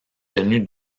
tenu